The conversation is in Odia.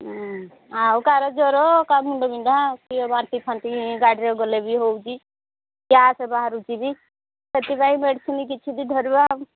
ହଁ ଆଉ କାହାର ଜ୍ୱର କା ମୁଣ୍ଡ ବିନ୍ଧା ସେ ବାନ୍ତି ଫାନ୍ତି ଗାଡ଼ିରେ ଗଲେ ବି ହେଉଛି ଗ୍ୟାସ ବାହାରୁଛି ବି ସେଥିପାଇଁ ମେଡିସିନ୍ କିଛିବି ଧରିବା